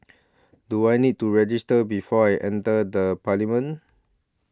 do I need to register before I enter the parliament